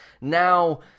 Now